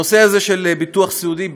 הנושא הזה של ביטוח סיעודי,